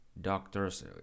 doctors